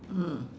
mm